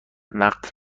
وقت